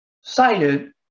cited